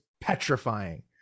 petrifying